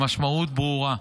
המשמעות ברורה,